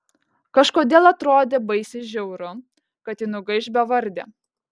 kažkodėl atrodė baisiai žiauru kad ji nugaiš bevardė